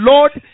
Lord